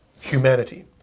humanity